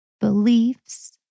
Beliefs